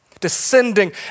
descending